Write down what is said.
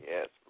Yes